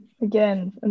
again